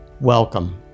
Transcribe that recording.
Welcome